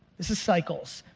this is cycles.